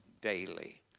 Daily